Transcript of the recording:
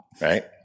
right